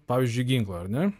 pavyzdžiui ginklą ar ne